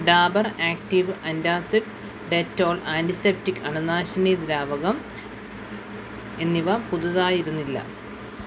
Dabur active antacid Dettol antiseptic അണുനാശിനി ദ്രാവകം എന്നിവ പുതുതായിരുന്നില്ല